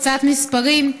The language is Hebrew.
קצת מספרים: